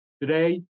Today